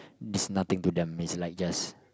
this nothing to them it's like just